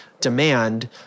demand –